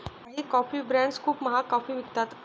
काही coffee brands खूप महाग कॉफी विकतात